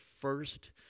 first